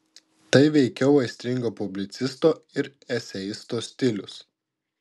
tai veikiau aistringo publicisto ir eseisto stilius